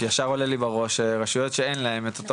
כי ישר עולה לי בראש רשויות שאין להם את אותו